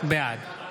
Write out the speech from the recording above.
בעד